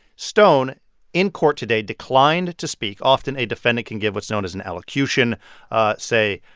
stone in court today declined to speak. often a defendant can give what's known as an allocution say,